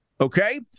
Okay